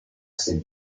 ese